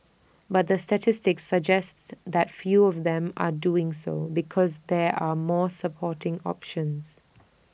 but the statistics suggest that fewer of them are doing so because there are more sporting options